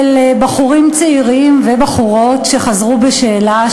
של בחורים צעירים ובחורות שחזרו בשאלה,